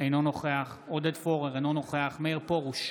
אינו נוכח עודד פורר, אינו נוכח מאיר פרוש,